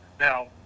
Now